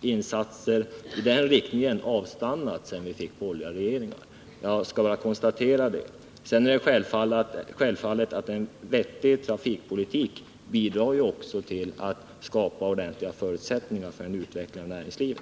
insatserna i den riktningen avstannat sedan vi fått borgerliga regeringar. Jag bara konstaterar det. Sedan är det självfallet att en vettig trafikpolitik också bidrar till att skapa förutsättningar för en utveckling av näringslivet.